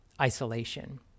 isolation